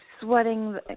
sweating